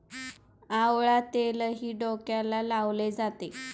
आवळा तेलही डोक्याला लावले जाते